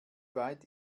weit